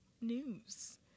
News